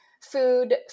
Food